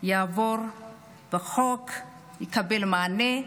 יעבור בחוק, יקבל מענה,